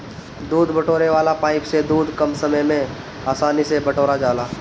दूध बटोरे वाला पाइप से दूध कम समय में आसानी से बटोरा जाला